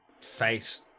face